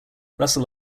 russell